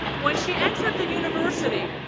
when she entered the university,